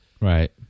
Right